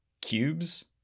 cubes